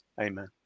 amen